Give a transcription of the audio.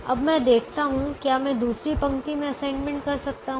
अब मैं देखता हूं क्या मैं दूसरी पंक्ति में असाइनमेंट कर सकता हूं